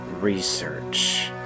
research